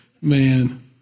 man